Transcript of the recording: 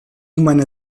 meine